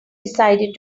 decided